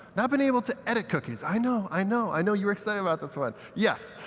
not been able to edit cookies. i know, i know, i know. you're excited about this one. yes,